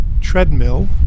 treadmill